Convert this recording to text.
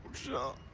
shall